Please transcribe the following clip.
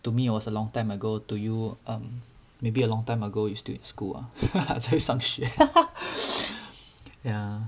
to me it was a long time ago to you um maybe a long time ago you still in school ah 在上学